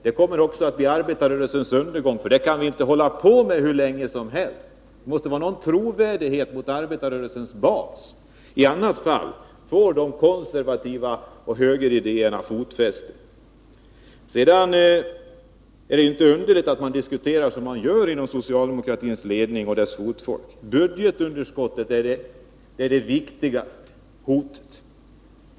Det kommer också att bli arbetarrörelsens undergång. Detta kan vi inte hålla på med hur länge som helst. Det måste vara någon trovärdighet mot arbetarrörelsens bas. I annat fall får de konservativa högeridéerna fotfäste. Det är inte underligt att man diskuterar som man gör inom socialdemokratins ledning och bland dess fotfolk, att budgetunderskottet är det viktigaste hotet.